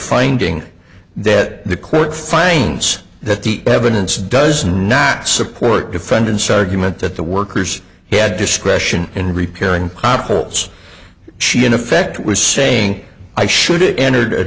finding that the court finds that the evidence does not support defendant's argument that the workers had discretion and repairing koppel's she in effect was saying i should it entered a